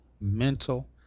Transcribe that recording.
mental